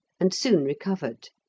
and soon recovered.